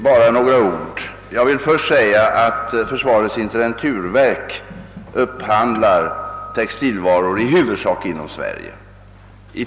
Bara några ord, herr talman! Försvarets intendenturverk upphandlar textilvaror huvudsakligen inom Sverige.